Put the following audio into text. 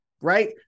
right